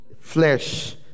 flesh